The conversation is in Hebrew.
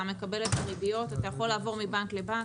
אתה מקבל ריביות ואתה יכול לעבור מבנק לבנק.